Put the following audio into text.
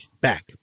back